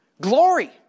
Glory